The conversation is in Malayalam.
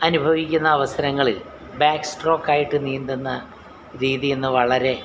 അനുഭവിക്കുന്ന അവസരങ്ങളിൽ ബേ സ്ട്രോക്കായിട്ട് നീന്തുന്ന രീതിയിന്ന് വളരെ